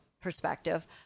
perspective